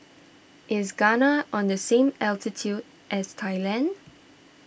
is Ghana on the same altitude as Thailand